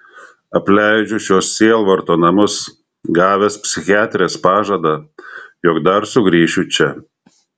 apleidžiu šiuos sielvarto namus gavęs psichiatrės pažadą jog dar sugrįšiu čia